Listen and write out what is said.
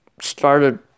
started